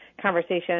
conversation